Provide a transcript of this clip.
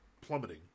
plummeting